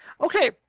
okay